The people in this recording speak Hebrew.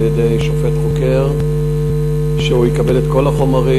על-ידי שופט חוקר שיקבל את כל החומרים.